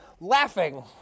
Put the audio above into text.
laughing